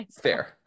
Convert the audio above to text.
Fair